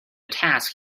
task